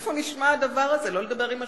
איפה נשמע כדבר הזה לא לדבר עם השובתים?